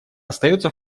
остается